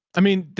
i mean,